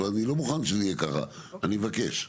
אני לא מוכן שזה יהיה ככה אני מבקש.